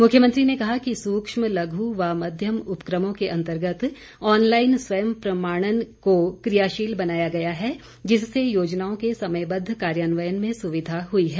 मुख्यमंत्री ने कहा कि सूक्ष्म लघु व मध्यम उपक्रमों के अंतर्गत ऑनलाईन स्वयं प्रमाणन को कियाशील बनाया गया है जिससे योजनाओं के समयबद्ध कार्यान्वयन में सुविधा हुई है